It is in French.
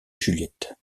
juliette